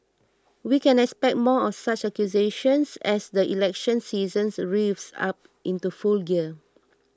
we can expect more of such accusations as the election season revs up into full gear